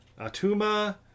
Atuma